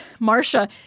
Marsha